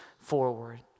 forward